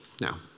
now